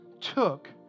took